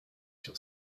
sur